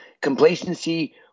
complacency